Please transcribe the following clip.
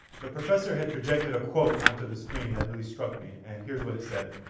the professor had projected a quote onto the screen, that really struck me, and here's what it said